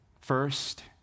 First